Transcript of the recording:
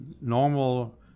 normal